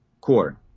core